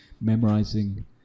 memorizing